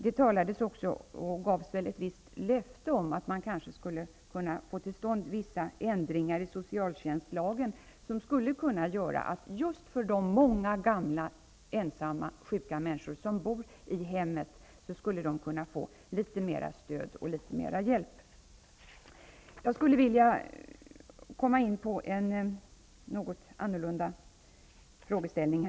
Det gavs väl ett visst löfte om att man kunde få till stånd vissa ändringar i socialtjänstlagen. För många gamla, ensamma och sjuka människor som bor i sitt hem skulle det kunna innebära litet mera stöd och hjälp. Jag skulle vilja komma in på en något annorlunda frågeställning.